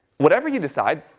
whatever you decide,